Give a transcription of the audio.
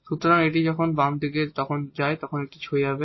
সুতরাং এটি যখন বাম দিকে যান তখন এটি হয়ে যাবে